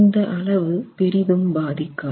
இந்த அளவு பெரிதும் பாதிக்காது